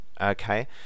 Okay